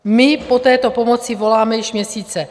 My po této pomoci voláme již měsíce.